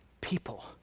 people